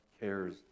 cares